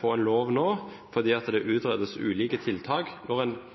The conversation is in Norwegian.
få en lov nå fordi det utredes ulike tiltak, når